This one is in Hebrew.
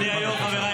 אדוני היושב-ראש,